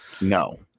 no